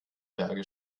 berge